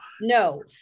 No